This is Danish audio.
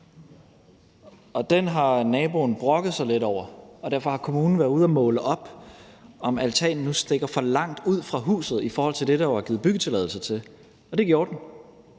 Den har naboen brokket sig lidt over, og derfor har kommunen været ude at måle op, om altanen nu stikker for langt ud fra huset i forhold til det, der var givet byggetilladelse til. Og det gjorde den